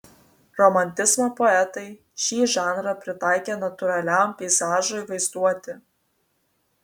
romantizmo poetai šį žanrą pritaikė natūraliam peizažui vaizduoti